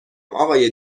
آقای